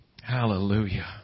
hallelujah